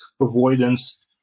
avoidance